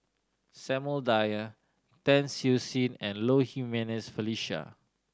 Samuel Dyer Tan Siew Sin and Low Jimenez Felicia